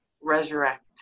resurrect